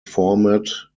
format